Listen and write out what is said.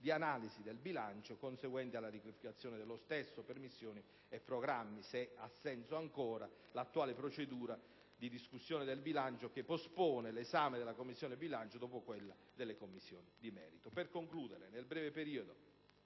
di analisi del bilancio conseguenti alla riclassificazione dello stesso per missioni e programmi, chiedendosi se ha senso ancora mantenere l'attuale procedura di discussione del bilancio che pospone l'esame della Commissione bilancio dopo quello delle Commissioni di merito. Per concludere, nel breve periodo